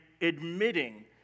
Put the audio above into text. admitting